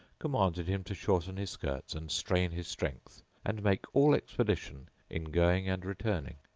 commanded him to shorten his skirts and strain his strength and make all expedition in going and returning.